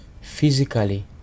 physically